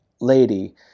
lady